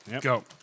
Go